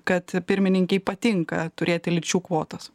kad pirmininkei patinka turėti lyčių kvotas